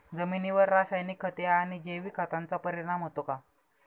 जमिनीवर रासायनिक खते आणि जैविक खतांचा परिणाम होतो का?